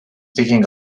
peaking